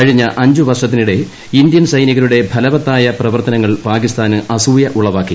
കഴിഞ്ഞ അഞ്ച് വർഷത്തിനിടെ ഇന്ത്യൻ സൈനികരുടെ ഫലവത്തായ പ്രവർത്തന ങ്ങൾ പാകിസ്ഥാന് അസൂയ ഉളവാക്കി